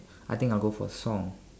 I think I will go for a song